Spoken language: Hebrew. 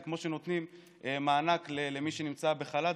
זה כמו שנותנים מענק למי שנמצא בחל"ת,